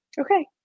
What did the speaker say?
okay